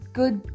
good